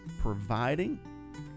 providing